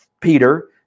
Peter